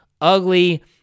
ugly